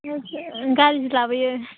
गारिजो लाबोयो